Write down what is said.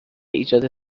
ایجاد